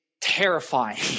terrifying